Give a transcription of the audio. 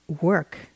work